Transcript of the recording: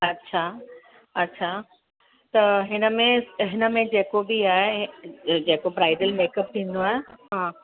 अच्छा अच्छा त हिनमें हिनमें जेको बि आहे जेको ब्राइडल मेकअप थींदो आहे हा